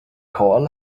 coil